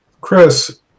Chris